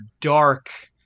dark